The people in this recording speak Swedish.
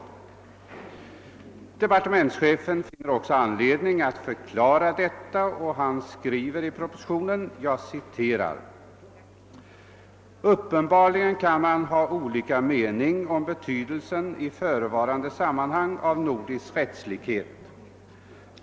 Departementschefen finner också anledning att förklara detta, och han skriver i propositionen nr 142: >Uppenbarligen kan man ha olika mening om betydelsen i förevarande sammanhang av nordisk rättslikhet.